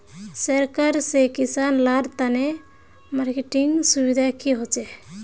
सरकार से किसान लार तने मार्केटिंग सुविधा की होचे?